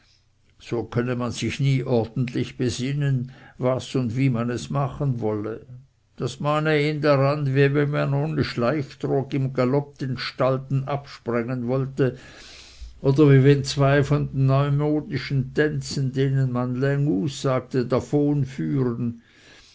so könne man sich nie ordentlich besinnen was und wie man es machen wolle das mahne ihn daran wie wenn man ohne schleiftrog im galopp den stalden ab sprengen wolle oder wie wenn zwei in den neumodischen tänzen denen man länguus sage